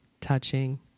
touching